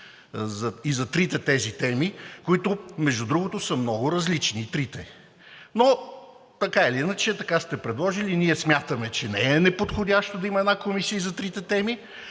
и за трите теми, които, между другото, са много различни. Но така или иначе така сте предложили. Ние смятаме, че не е неподходящо да има една комисия и за трите теми,